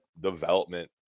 development